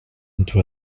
into